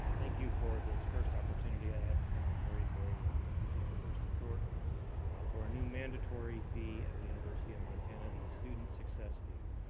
thank you for this first opportunity i have to come before you today and seeking your support for a new mandatory fee at the university of montana, the student success fee.